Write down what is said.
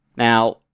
Now